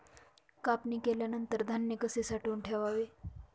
कापणी केल्यानंतर धान्य कसे साठवून ठेवावे?